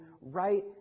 right